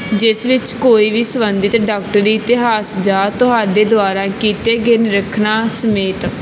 ਜਿਸ ਵਿੱਚ ਕੋਈ ਵੀ ਸੰਬੰਧਿਤ ਡਾਕਟਰੀ ਇਤਿਹਾਸ ਜਾਂ ਤੁਹਾਡੇ ਦੁਆਰਾ ਕੀਤੇ ਗਏ ਨਿਰੀਖਣਾਂ ਸਮੇਤ